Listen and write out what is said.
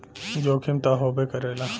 जोखिम त होबे करेला